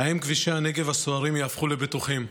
האם כבישי הנגב הסוערים יהפכו לבטוחים?